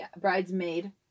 bridesmaid